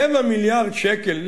אבל רבע מיליארד שקל,